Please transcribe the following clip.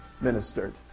ministered